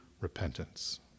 repentance